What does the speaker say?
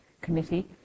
Committee